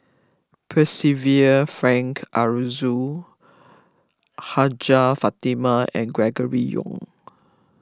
Percival Frank Aroozoo Hajjah Fatimah and Gregory Yong